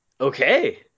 Okay